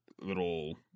little